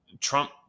Trump